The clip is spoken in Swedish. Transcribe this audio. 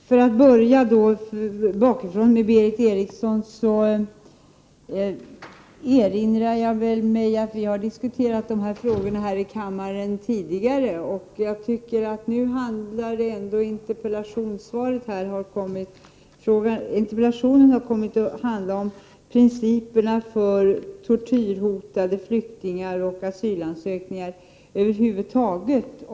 Fru talman! Jag börjar bakifrån med Berith Eriksson. Jag erinrar mig att vi har diskuterat dessa frågor i kammaren tidigare. Interpellationen handlar om principerna för tortyrhotade flyktingar och asylansökningar över huvud taget.